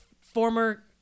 former